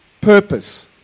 purpose